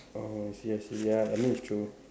oh I see I see ya I mean it's true